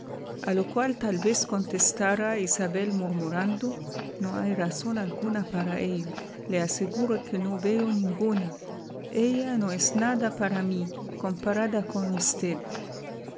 a lo cual tal vez contestara isabel murmurando no hay razón alguna para ello le aseguro que no veo ninguna ella no es nada para mí comparada con usted